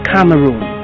Cameroon